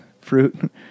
fruit